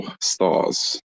stars